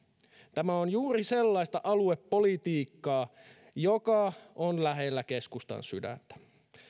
tämä on juuri sellaista aluepolitiikkaa joka on lähellä keskustan sydäntä